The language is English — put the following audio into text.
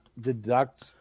deduct